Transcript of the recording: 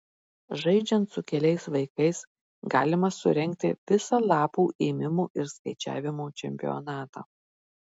žaidžiant su keliais vaikais galima surengti visą lapų ėmimo ir skaičiavimo čempionatą